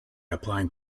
applying